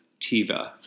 Tiva